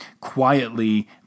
quietly